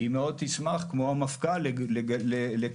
היא מאוד תשמח כמו המפכ"ל לקבל,